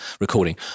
recording